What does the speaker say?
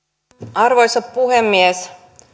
arvoisa puhemies